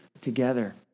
together